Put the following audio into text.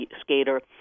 skater